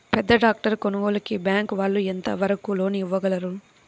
పెద్ద ట్రాక్టర్ కొనుగోలుకి బ్యాంకు వాళ్ళు ఎంత వరకు లోన్ ఇవ్వగలరు?